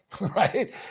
right